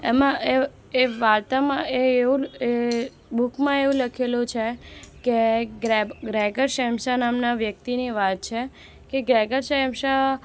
એમાં એમાં એ એ વાર્તામાં એ એવું એ બુકમાં એવું લખેલું છે કે ગ્રેગ ગ્રેગર શેમસા નામના વ્યક્તિની વાત છે કે ગ્રેગર શેમસા